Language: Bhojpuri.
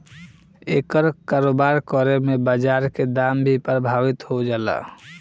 एकर कारोबार करे में बाजार के दाम भी प्रभावित हो जाला